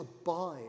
abide